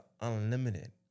unlimited